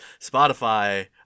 Spotify